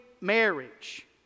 marriage